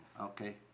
Okay